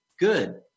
Good